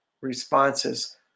responses